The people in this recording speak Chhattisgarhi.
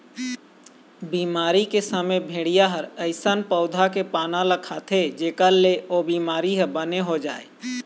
बिमारी के समे भेड़िया ह अइसन पउधा के पाना ल खाथे जेखर ले ओ बिमारी ह बने हो जाए